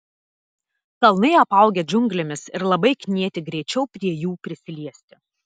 kalnai apaugę džiunglėmis ir labai knieti greičiau prie jų prisiliesti